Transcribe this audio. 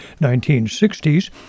1960s